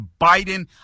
Biden